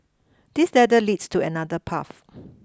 this ladder leads to another path